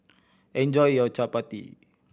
enjoy your Chapati